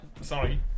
Sorry